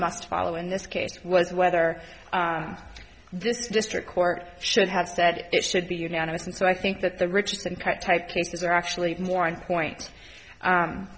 must follow in this case was whether this district court should have said it should be unanimous and so i think that the richest and prototype cases are actually more on point